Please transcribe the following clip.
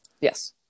yes